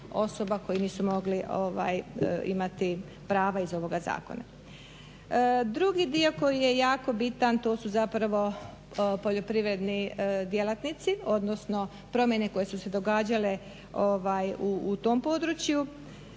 koji nisu mogli imati prava iz ovoga zakona. Drugi dio koji je jako bitan, to su zapravo poljoprivredni djelatnici, odnosno promjene koje su se događale u tom području.